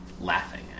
laughing